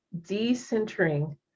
decentering